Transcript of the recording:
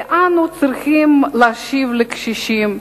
ואנו צריכים להשיב לקשישים,